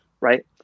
right